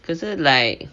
可是 like